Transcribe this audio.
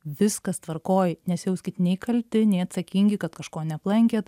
viskas tvarkoj nesijauskit nei kalti nei atsakingi kad kažko neaplankėt